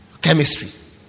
chemistry